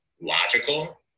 logical